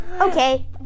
Okay